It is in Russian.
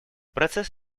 процесс